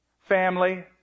family